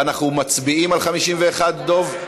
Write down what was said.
אנחנו מצביעים על 51, דב?